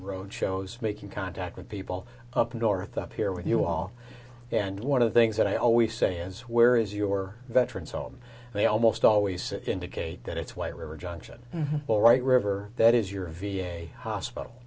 roadshows making contact with people up north up here with you all and one of the things that i always say is where is your veterans home they almost always indicate that it's white river junction all right river that is your v a hospital